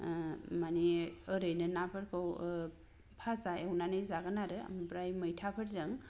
मानि ओरैनो ना फोरखौ भाजा एवनानै जागोन आरो आमफ्राय मैथाफोरजों